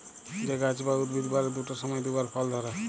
যে গাহাচ বা উদ্ভিদ বারের দুট সময়ে দুবার ফল ধ্যরে